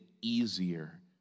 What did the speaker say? easier